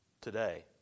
today